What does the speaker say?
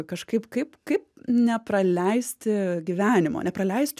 kažkaip kaip kaip nepraleisti gyvenimo nepraleist